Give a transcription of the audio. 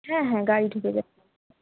হ্যাঁ হ্যাঁ গাড়ি ঢুকে যায়